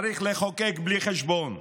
צריך לחוקק בלי חשבון.